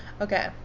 Okay